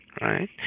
right